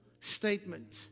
statement